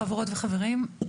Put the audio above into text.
חברות וחברים,